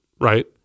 right